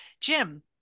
Jim